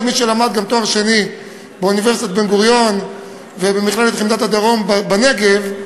כמי שלמד לתואר שני באוניברסיטת בן-גוריון ובמכללת "חמדת הדרום" בנגב,